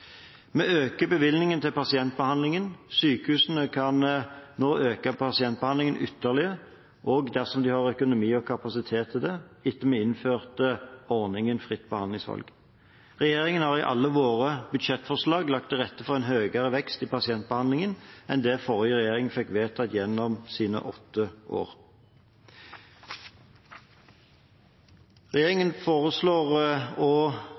Vi øker bevilgningene til pasientbehandling. Sykehusene kan nå øke pasientbehandlingen ytterligere dersom de har økonomi og kapasitet til det, etter at vi innførte ordningen fritt behandlingsvalg. Regjeringen har i alle sine budsjettforslag lagt til rette for en høyere vekst i pasientbehandlingen enn det forrige regjering fikk vedtatt gjennom sine åtte år. Stortinget foreslår å